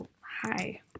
hi